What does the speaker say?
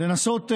לנסות,